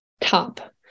top